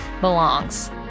belongs